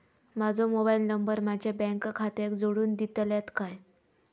माजो mobile number माझ्या bank खात्याक जोडून दितल्यात काय?